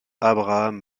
abraham